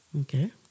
Okay